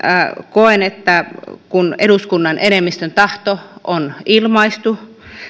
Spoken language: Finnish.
koen että kun eduskunnan enemmistön tahto on ilmaistu